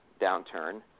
downturn